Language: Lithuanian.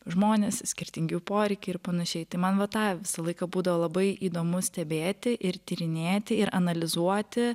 žmonės skirtingi jų poreikiai ir panašiai tai man va tą visą laiką būdavo labai įdomu stebėti ir tyrinėti ir analizuoti